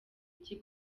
iki